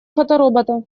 фоторобота